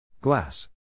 Glass